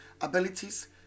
abilities